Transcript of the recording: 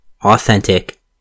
authentic